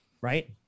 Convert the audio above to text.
right